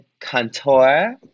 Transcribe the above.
Contour